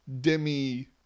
Demi